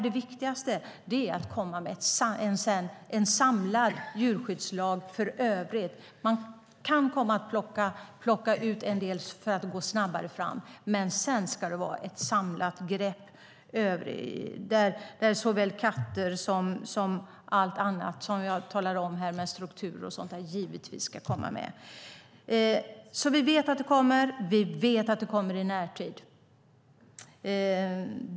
Det viktiga är att lägga fram en samlad djurskyddslag i övrigt. Man kan komma att plocka ut en del frågor så att det ska gå snabbare framåt. Men sedan ska det vara ett samlat grepp där frågor om katter, strukturer och så vidare givetvis ska komma med. Vi vet att en proposition kommer i närtid.